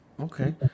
okay